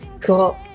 Cool